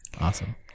awesome